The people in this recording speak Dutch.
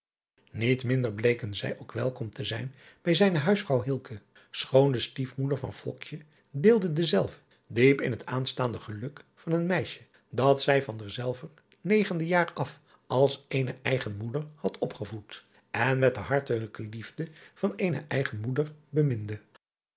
iet minder bleken zij ook welkom te zijn bij zijne huisvrouw schoon de stiefmoeder van deelde dezelve diep in het aanstaande geluk van een meisje dat zij van derzelver ne driaan oosjes zn et leven van illegonda uisman gende jaar af als eene eigen moeder had opgevoed en met de hartelijke liefde van eene eigen moeder beminde